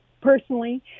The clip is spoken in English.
personally